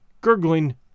gurgling